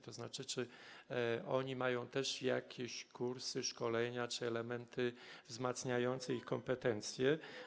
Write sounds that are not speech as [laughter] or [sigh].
To znaczy, czy oni mają też jakieś kursy, szkolenia czy elementy wzmacniające [noise] ich kompetencje?